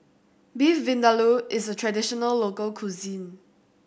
Beef Vindaloo is a traditional local cuisine